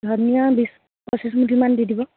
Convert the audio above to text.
ধনীয়া বিছ পঁচিছ মুঠিমান দি দিব